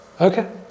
Okay